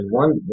one